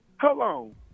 hello